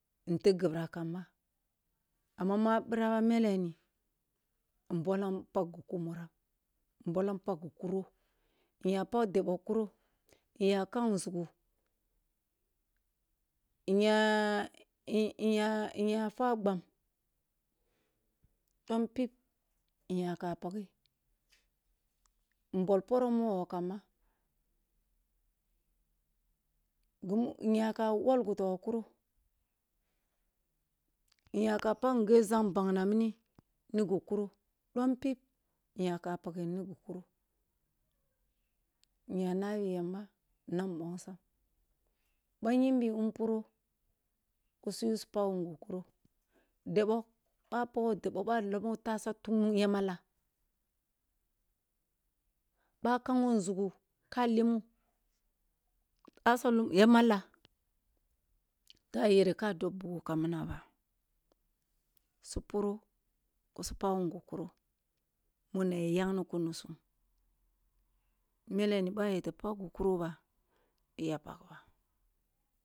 In tigh gi birah kam ba, amma mu a birah ba mele ni in bollam pagh gi kunam in bollam pagh gi kuro inya pagh debogh lkuro, inya kang nzugu, inya fwa mbang dom pib nyaka paghe in bol poroh mogho kam ba nya wol gotogoh kuro, nyakam pagh ngeh zang bangna mini ni gi kuro dom pib nyaka paghe, inya nai yamba na mbongsam, bah nyimbi booh mpuro kusu yu kusu pagh gi kuro, debogh boh a pagho debogh boh a lemmoh tasah tungnun ya malla, boh a kango nzugu ka temmo tasa lum ya mallah, da yeno ka dobh bugo kammina bas u puro, ku su pagh gu kuro muna ya yagh kunisum, melle boh a yaba pak gu kuro bay a maba.